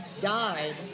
died